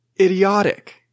idiotic